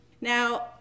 Now